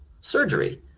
surgery